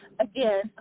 again